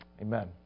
Amen